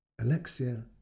Alexia